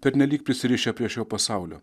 pernelyg prisirišę prie šio pasaulio